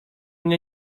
mnie